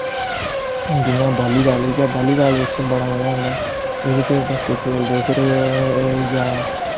जि'यां volleyball होई गेआ बाली बॉल बिच्च बड़ा मता मजा आंह्दा एह्दे च बच्चे खेलदे फिर एह् होई गेआ